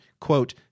quote